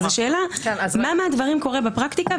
השאלה, מה מהדברים קורה בפרקטיקה?